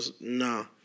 no